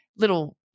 little